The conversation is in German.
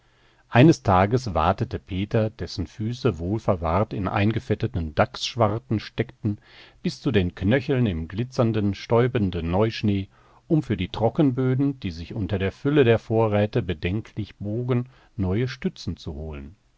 eines tages watete peter dessen füße wohlverwahrt in eingefetteten dachsschwarten steckten bis zu den knöcheln im glitzernden stäubenden neuschnee um für die trockenböden die sich unter der fülle der vorräte bedenklich bogen neue stützen zu holen